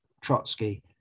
Trotsky